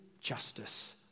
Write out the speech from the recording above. justice